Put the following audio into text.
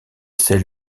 celle